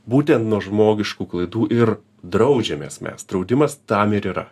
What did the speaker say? būtent nuo žmogiškų klaidų ir draudžiamės mes draudimas tam ir yra